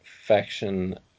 faction